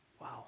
Wow